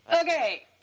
Okay